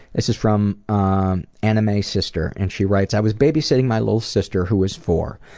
this is from ah anna may's sister. and she writes i was babysitting my little sister, who was four.